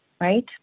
Right